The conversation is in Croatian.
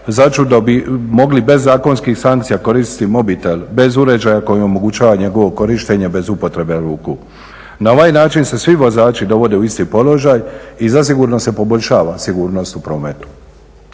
začudo mogli bez zakonskih sankcija koristiti mobitel bez uređaja koji omogućava njegovo korištenje bez upotrebe ruku. Na ovaj način se svi vozači dovode u isti položaj i zasigurno se poboljšava sigurnost u prometu.